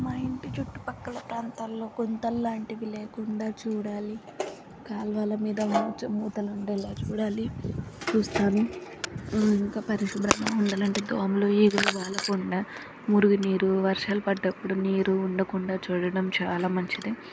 మా ఇంటి చుట్టుపక్కల ప్రాంతాల్లో గుంతల్లాంటివి లేకుండా చూడాలి కాల్వల మీద ముంచ మూతలు ఉండేలా చూడాలి చూస్తాను ఇంకా పరిశుభ్రంగా ఉండాలి అంటే దోమలు ఈగలు వాలకుండా మురుగు నీరు వర్షాలు పడ్డప్పుడు నీరు ఉండకుండా చూడడం చాలా మంచిది